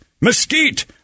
mesquite